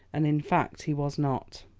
and in fact he was not.